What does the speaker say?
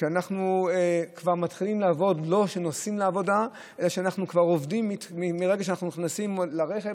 אנחנו כבר מתחילים לעבוד מהרגע שאנחנו נכנסים לרכב,